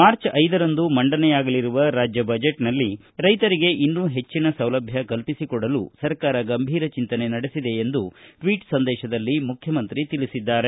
March ನ್ರಂದು ಮಂಡನೆಯಾಗಲಿರುವ ರಾಜ್ಯ ಬಜೆಟ್ನಲ್ಲಿ ರೈತರಿಗೆ ಇನ್ನೂ ಹೆಚ್ಚಿನ ಸೌಲಭ್ಯ ಕಲ್ಪಿಸಿಕೊಡಲು ಸರ್ಕಾರ ಗಂಭೀರ ಚಿಂತನೆ ನಡೆಸಿದೆ ಎಂದು ಟ್ವೀಟ್ ಸಂದೇಶದಲ್ಲಿ ಮುಖ್ಯಮಂತ್ರಿ ತಿಳಿಸಿದ್ದಾರೆ